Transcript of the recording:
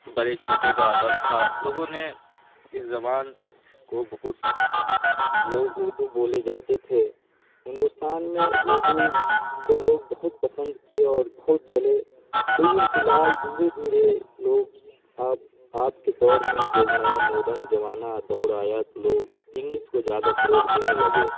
بڑے چھوٹے کا ادب تھا لوگوں نے اس زبان کو بہت لوگ اردو بولے جاتے تھے ہندوستان میں اردو کو لوگ بہت پسند کیے اور بہت چلے لیکن فی الحال دھیرے دھیرے لوگ اب آپ کے دور میں جب نیا ماڈرن جمانہ دور آیا تو لوگ انگلش کو جادہ فروغ دینے لگے